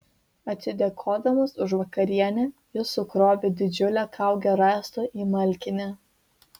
atsidėkodamas už vakarienę jis sukrovė didžiulę kaugę rąstų į malkinę